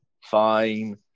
fine